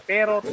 Pero